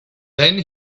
then